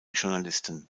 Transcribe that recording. journalisten